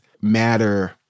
matter